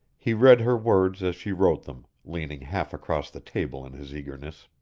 he read her words as she wrote them, leaning half across the table in his eagerness.